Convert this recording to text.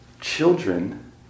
children